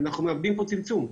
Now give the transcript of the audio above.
אנחנו מאבדים פה צמצום.